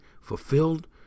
Fulfilled